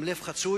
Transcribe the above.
עם לב חצוי,